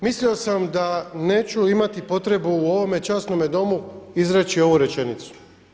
Mislio sam da neću imati potrebu u ovome časnome Domu izreći ovu rečenicu.